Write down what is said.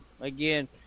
Again